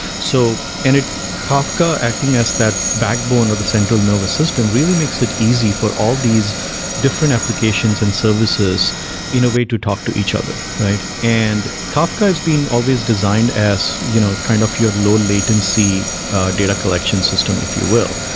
so and kafka acting as that backbone or the central nervous system really makes it easy for all these different applications and services in a way to talk to each other, right? and kafka has been always designed as you know kind of your low-latency data collection system, if you will.